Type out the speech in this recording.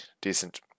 decent